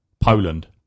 Poland